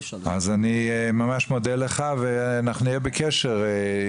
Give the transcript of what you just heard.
אז אני ממש מודה לך ואנחנו נהיה בקשר.